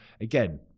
again